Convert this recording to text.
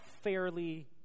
fairly